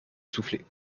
souffler